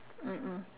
mm mm